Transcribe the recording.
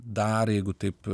dar jeigu taip